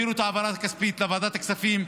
תעבירו את ההעברה הכספית לוועדת הכספים,